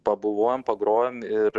pabuvojom pagrojom ir